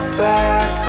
back